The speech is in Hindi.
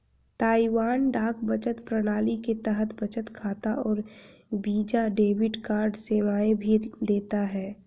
ताइवान डाक बचत प्रणाली के तहत बचत खाता और वीजा डेबिट कार्ड सेवाएं भी देता है